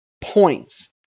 points